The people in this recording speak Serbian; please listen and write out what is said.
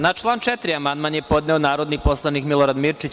Na član 4. amandman je podneo narodni poslanik Milorad Mirčić.